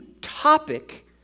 topic